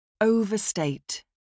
Overstate